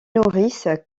nourrice